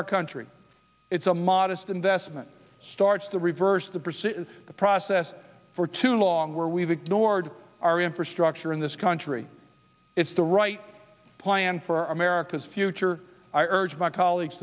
our country it's a modest investment starts to reverse the pursuit is a process for too long where we've ignored our infrastructure in this country it's the right plan for america's future i urge my colleagues